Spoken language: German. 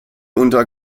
unter